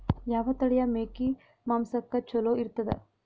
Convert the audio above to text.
ಯಾವ ತಳಿಯ ಮೇಕಿ ಮಾಂಸಕ್ಕ ಚಲೋ ಇರ್ತದ?